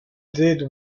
did